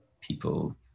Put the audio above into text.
people